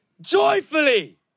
Joyfully